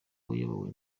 wayobowe